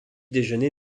déjeuner